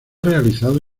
realizado